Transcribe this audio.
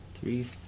three